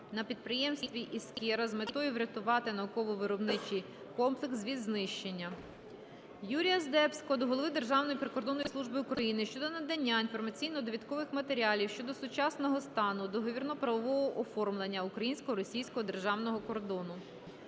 на підприємстві "Іскра" з метою врятувати науково-виробничий комплекс від знищення. Юрія Здебського до голови Державної прикордонної служби України щодо надання інформаційно-довідкових матеріалів щодо сучасного стану договірно-правового оформлення українсько-російського державного кордону.